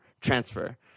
transfer